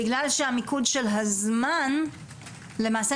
בגלל שהמיקוד של הזמן - למעשה,